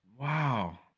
Wow